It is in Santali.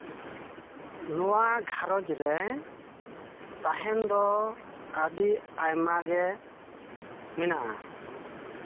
ᱱᱚᱣᱟ ᱜᱷᱟᱨᱚᱧᱡᱽ ᱨᱮ ᱛᱟᱦᱮᱱ ᱫᱚ ᱟᱹᱰᱤ ᱟᱭᱢᱟᱜᱮ ᱢᱮᱱᱟᱜᱼᱟ